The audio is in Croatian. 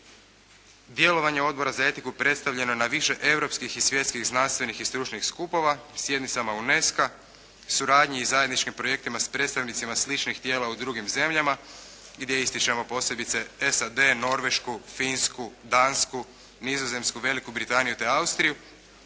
Djelovanje Odbora za etiku predstavljeno je na više europskih i svjetskih znanstvenih i stručnih skupova, sjednicama UNESCO-a, suradnji i zajedničkim projektima s predstavnicima sličnih tijela u drugim zemljama gdje ističemo posebice SAD, Norvešku, Finsku, Dansku, Nizozemsku, Veliku Britaniju te Austriju